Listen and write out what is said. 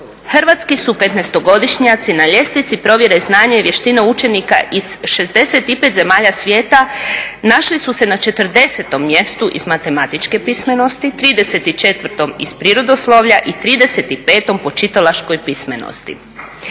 Hrvatski su 15-godišnjaci na ljestvici provjere znanja i vještina učenika iz 65 zemalja svijeta našli su se na 40.-tom mjestu iz matematičke pismenosti, 34 iz prirodoslovlja i 35 po čitalačkoj pismenosti.